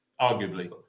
arguably